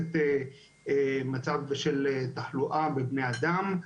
למצב תחלואה בבני אדם,